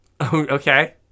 Okay